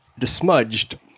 dismudged